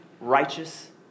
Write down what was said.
righteous